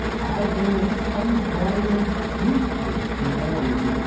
i shall make a point of wearing the deepest mourning.